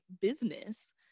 business